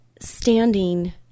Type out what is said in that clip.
standing